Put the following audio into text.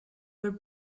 were